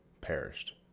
perished